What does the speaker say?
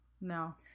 no